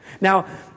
Now